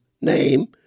name